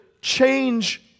change